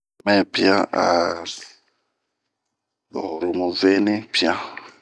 Mɛɛpian a hurumu veni pian.